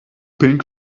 pink